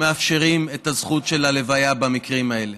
את הזכות של ההלוויה במקרים האלה.